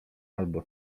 albo